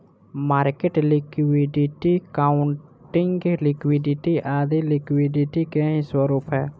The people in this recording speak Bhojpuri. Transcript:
मार्केट लिक्विडिटी, अकाउंटिंग लिक्विडिटी आदी लिक्विडिटी के ही स्वरूप है